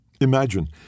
Imagine